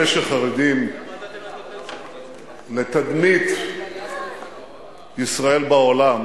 אלה שחרדים לתדמית ישראל בעולם